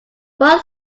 what